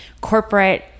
corporate